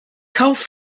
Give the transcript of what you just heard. kauf